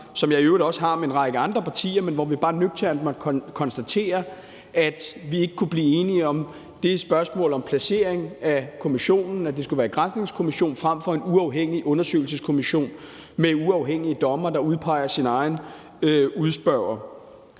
jeg i øvrigt også oplever med en række andre partier, men hvor vi bare var nødt til at konstatere, at vi ikke kunne blive enige om det spørgsmål om placering af kommissionen, og om det skulle være en granskningskommission frem for en uafhængig undersøgelseskommission med uafhængige dommere, der udpeger sin egen udspørger.